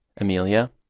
Amelia